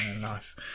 Nice